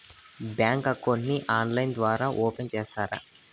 Bank account ని online ద్వారా open సేస్తారా?